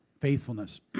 faithfulness